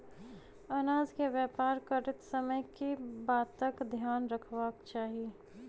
अनाज केँ व्यापार करैत समय केँ बातक ध्यान रखबाक चाहि?